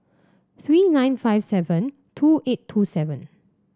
three nine five seven two eight two seven